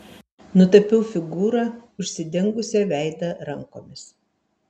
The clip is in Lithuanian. nutapiau figūrą užsidengusią veidą rankomis